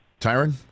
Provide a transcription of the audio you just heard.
Tyron